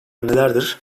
nelerdir